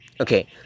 Okay